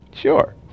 sure